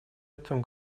этом